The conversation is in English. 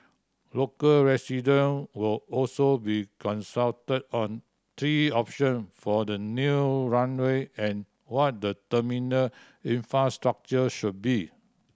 local resident will also be consulted on three option for the new runway and what the terminal infrastructure should be